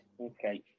Okay